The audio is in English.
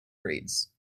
grades